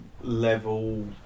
level